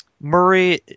Murray